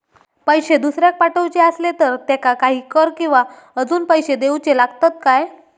पैशे दुसऱ्याक पाठवूचे आसले तर त्याका काही कर किवा अजून पैशे देऊचे लागतत काय?